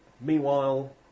Meanwhile